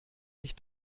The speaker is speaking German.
dich